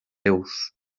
deus